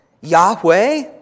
Yahweh